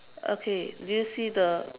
okay did you see the